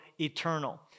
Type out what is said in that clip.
eternal